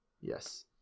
Yes